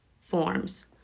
forms